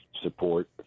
support